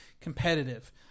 competitive